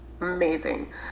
Amazing